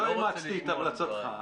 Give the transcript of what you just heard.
לא אימצתי את המלצתך.